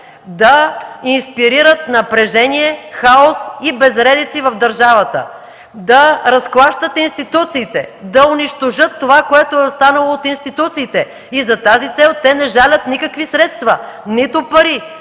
да инспирират напрежение, хаос и безредици в държавата, да разклащат институциите, да унищожат това, което е останало от институциите. За целта не жалят никакви средства – нито пари,